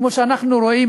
כמו שאנחנו רואים,